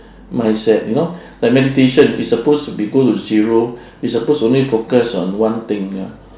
mindset you know like meditation is suppose to be go to zero you suppose to only focus on one thing ah